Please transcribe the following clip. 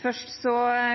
Først